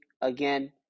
again